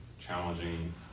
challenging